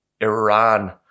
iran